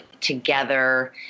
together